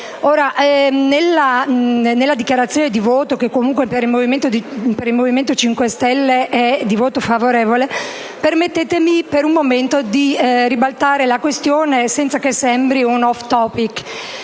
Nella dichiarazione di voto, che per il Movimento 5 Stelle è favorevole, permettetemi per un momento di ribaltare la questione, senza che sembri un *off topic*.